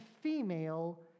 female